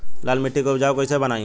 लाल मिट्टी के उपजाऊ कैसे बनाई?